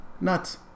nuts